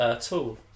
Tool